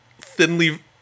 thinly